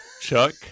Chuck